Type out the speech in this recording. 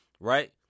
Right